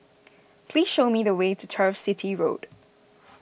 please show me the way to Turf City Road